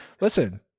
Listen